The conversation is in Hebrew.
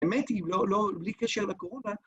האמת היא, בלי קשר בקורונה...